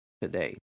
today